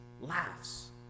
laughs